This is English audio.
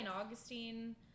Augustine